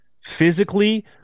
Physically